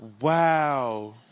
Wow